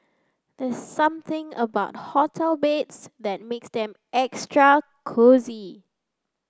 there's something about hotel beds that makes them extra cosy